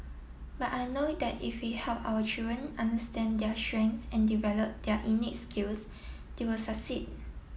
but I know that if we help our children understand their strengths and develop their innate skills they will succeed